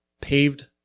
paved